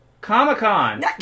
Comic-Con